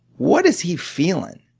what is he feeling?